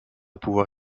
pouvoir